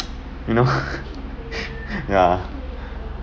no ya